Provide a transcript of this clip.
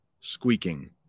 squeaking